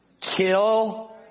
kill